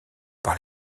par